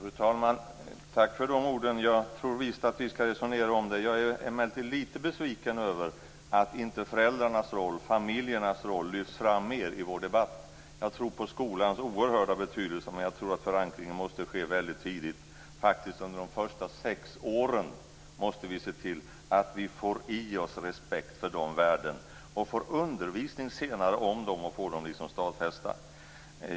Fru talman! Tack för de orden. Jag tror visst att vi skall resonera om det. Jag är emellertid lite besviken över att inte föräldrarnas roll, familjernas roll, lyfts fram mer i vår debatt. Jag tror på skolans oerhörda betydelse. Men jag tror att förankringen måste ske väldigt tidigt. Vi måste faktiskt se till att vi under de första sex åren får i oss respekt för de värdena och att vi får undervisning i dem senare så att vi får dem stadfästa.